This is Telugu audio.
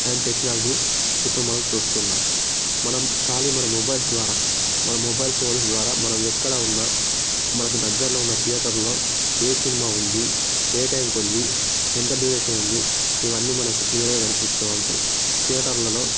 అండ్ టెక్నాలజీ ఇప్పుడు మనం చూస్తున్నాం మనం కానీ మన మొబైల్స్ ద్వారా మన మొబైల్ ఫోన్స్ ద్వారా మనం ఎక్కడ ఉన్నా మనకు దగ్గరలో ఉన్న థియేటర్లో ఏ సినిమా ఉంది ఏ టైమ్కి ఉంది ఎంత డ్యురేషన్ ఉంది ఇవన్నీ మనకు క్లియర్గా కనిపిస్తా ఉంటాయి థియేటర్లలో